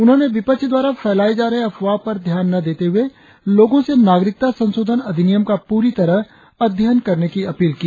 उन्होंने विपक्ष द्वारा फैलाए जा रहे अफवाह पर ध्यान न देते हुए लोगों से नाग़रिकता संशोधन अधिनियम का पूरी तरह अध्ययन करने की अपील की